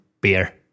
beer